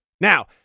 Now